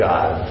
God